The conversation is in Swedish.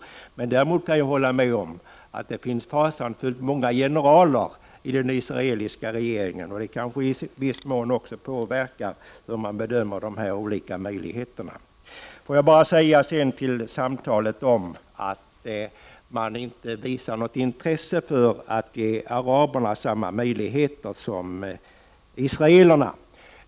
Jag kan däremot hålla med om att det finns fasansfullt många generaler i den israeliska regeringen, vilket kanske i viss mån påverkar dess bedömning av de olika möjligheterna. Får jag bara säga en sak angående samtalet om att det inte finns något intresse av att ge araberna samma möjligheter som israelerna.